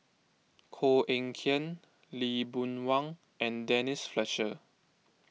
Koh Eng Kian Lee Boon Wang and Denise Fletcher